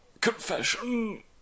confession